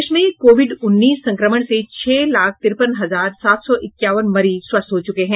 देश में कोविड उन्नीस संक्रमण से छह लाख तिरपन हजार सात सौ इक्यावन मरीज स्वस्थ हो चुके हैं